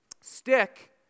Stick